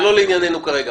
זה לא לעניינו כרגע.